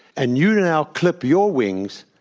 and you now clip your wings,